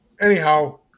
Anyhow